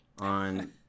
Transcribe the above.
on